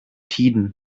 tiden